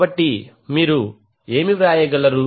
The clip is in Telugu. కాబట్టి మీరు ఏమి వ్రాయగలరు